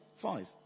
five